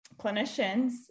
clinicians